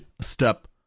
step